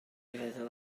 feddwl